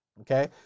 Okay